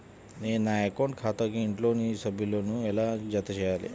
నేను నా అకౌంట్ ఖాతాకు ఇంట్లోని సభ్యులను ఎలా జతచేయాలి?